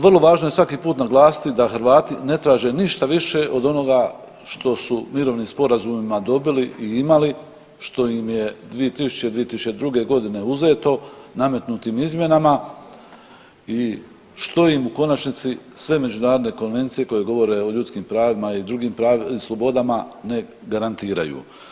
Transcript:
Vrlo važno je svaki put naglasiti da Hrvati ne traže ništa više od onoga što su mirovnim sporazumima dobili i imali što im je 2000., 2002.g. uzeto nametnutim izmjenama i što im u konačnici sve međunarodne konvencije koje govore o ljudskim pravima i drugim slobodama ne garantiraju.